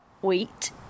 wheat